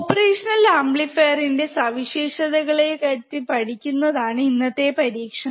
operational ആംപ്ലിഫയറിന്റെ സവിശേഷതകളെ പറ്റി പഠിക്കുന്നതാണ് ഇന്നത്തെ പരീക്ഷണം